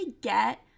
get